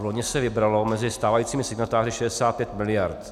Vloni se vybralo mezi stávajícími signatáři 65 mld.